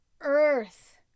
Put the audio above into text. earth